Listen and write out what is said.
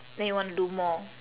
then you wanna do more